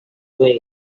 way